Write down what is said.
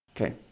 Okay